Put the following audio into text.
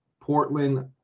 Portland